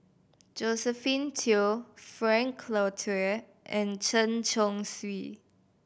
Josephine Teo Frank Cloutier and Chen Chong Swee